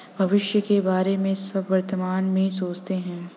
भविष्य के बारे में सब वर्तमान में सोचते हैं